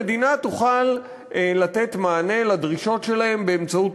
המדינה תוכל לתת מענה לדרישות שלהם באמצעות